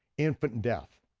infant death.